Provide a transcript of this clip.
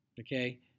Okay